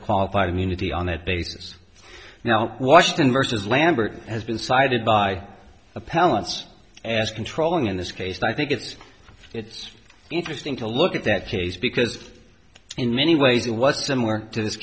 qualified immunity on that basis now washington versus lambert has been cited by appellants as controlling in this case i think it's it's interesting to look at that case because in many ways it was a similar to this